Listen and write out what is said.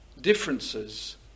differences